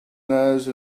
nose